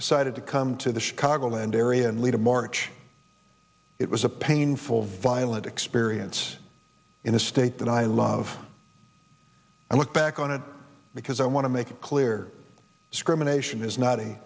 decided to come to the chicago land area and lead a march it was a painful violent experience in a state that i love i look back on it because i want to make it clear discrimination is not a